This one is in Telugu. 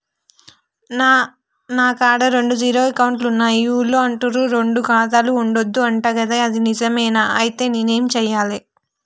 నా కాడా రెండు జీరో అకౌంట్లున్నాయి ఊళ్ళో అంటుర్రు రెండు ఖాతాలు ఉండద్దు అంట గదా ఇది నిజమేనా? ఐతే నేనేం చేయాలే?